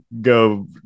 go